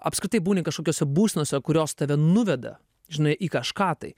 apskritai būni kažkokiose būsenose kurios tave nuveda žinai į kažką tai